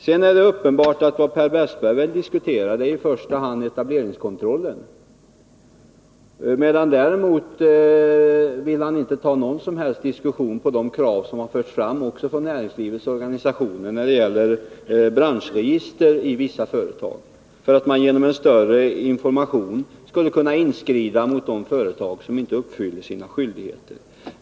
Det är vidare uppenbart att vad Per Westerberg i första hand diskuterar är etableringskontrollen, medan han däremot inte vill ta upp någon som helst debatt om de krav som förts fram från näringslivets organisationer, avseende branschregister inom vissa näringsgrenar syftande till att ge större möjligheter att inskrida mot de företag som inte uppfyller sina skyldigheter.